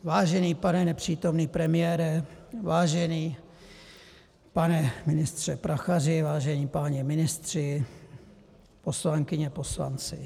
Vážený pane nepřítomný premiére, vážený pane ministře Prachaři, vážení páni ministři, poslankyně, poslanci.